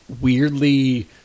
weirdly